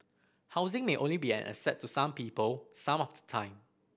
housing may only be an asset to some people some of the time